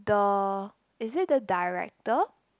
the is it the director